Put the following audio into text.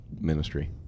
Ministry